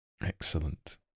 Excellent